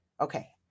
Okay